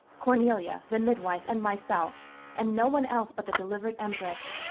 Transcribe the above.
cornelia the midwife and myself and no one else but the delivered empress.